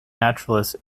naturalist